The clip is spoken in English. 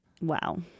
Wow